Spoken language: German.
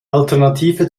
alternative